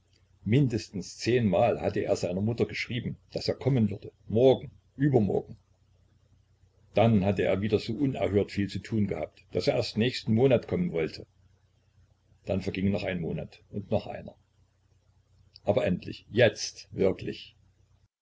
mindestens zehnmal hatte er seiner mutter geschrieben daß er kommen würde morgen übermorgen dann hatte er wieder so unerhört viel zu tun gehabt daß er erst im nächsten monat kommen wollte dann verging noch ein monat und noch einer aber endlich jetzt wirklich